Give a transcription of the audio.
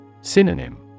Synonym